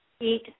eat